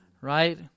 right